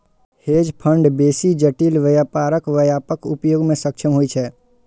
hedge fund बेसी जटिल व्यापारक व्यापक उपयोग मे सक्षम होइ छै